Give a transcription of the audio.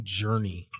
journey